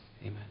Amen